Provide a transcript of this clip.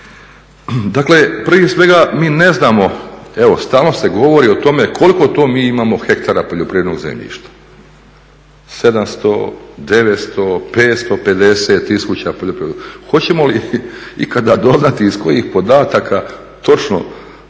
Dakle prije svega mi ne znamo, evo stalno se govori o tome koliko to mi imamo hektara poljoprivrednog zemljišta. 700, 900, 550 tisuća poljoprivrednog zemljišta. Hoćemo li ikada doznati iz kojih podataka točno